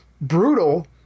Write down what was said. Brutal